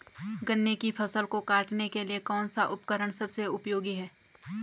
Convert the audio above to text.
गन्ने की फसल को काटने के लिए कौन सा उपकरण सबसे उपयोगी है?